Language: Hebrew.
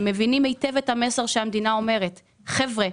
הם מבינים היטב שהמדינה אומרת: חבר'ה,